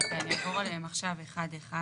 אני אעבור עליכם עכשיו אחד-אחד.